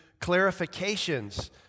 clarifications